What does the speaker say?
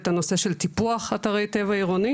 את הנושא של טיפוח אתרי טבע עירוני,